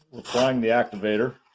applying the activator.